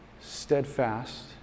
steadfast